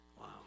Wow